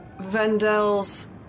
Vendel's